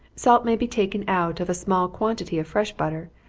salt may be taken out of a small quantity of fresh butter,